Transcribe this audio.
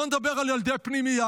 בואו נדבר על ילדי הפנימייה.